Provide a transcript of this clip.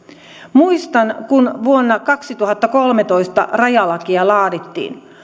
muistan että kun vuonna kaksituhattakolmetoista rajalakia laadittiin